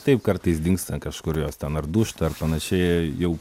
taip kartais dingsta kažkur jos ten ar dūžta ar panašiai jau